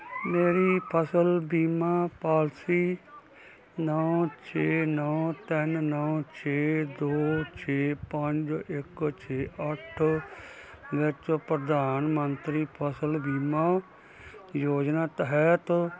ਮੇਰੀ ਫਸਲ ਬੀਮਾ ਪਾਲਸੀ ਨੌਂ ਛੇ ਨੌਂ ਤਿੰਨ ਨੌਂ ਛੇ ਦੋ ਛੇ ਪੰਜ ਇੱਕ ਛੇ ਅੱਠ ਵਿੱਚ ਪ੍ਰਧਾਨ ਮੰਤਰੀ ਫਸਲ ਬੀਮਾ ਯੋਜਨਾ ਤਹਿਤ